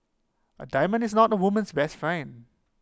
A diamond is not A woman's best friend